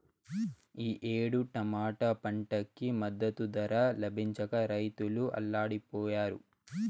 ఈ ఏడు టమాటా పంటకి మద్దతు ధర లభించక రైతులు అల్లాడిపొయ్యారు